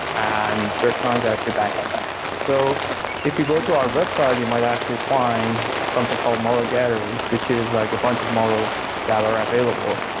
and we're trying to actually bank on that so if you go to our website, you might actually find something called modern gallery, which is like a bunch of models that are available.